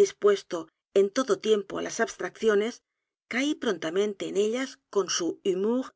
dispuesto en todo tiempo á las abstracciones caí prontamente en ellas con su humour